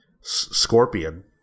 Scorpion